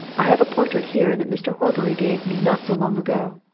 i've a portrait here that mr. horbury gave me not so long ago.